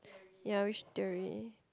ya which theory